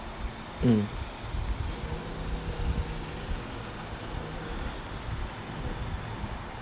mm